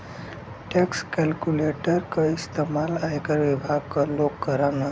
tax calculator क इस्तेमाल आयकर विभाग क लोग करलन